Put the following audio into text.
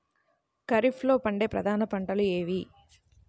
ఖరీఫ్లో పండే ప్రధాన పంటలు ఏవి?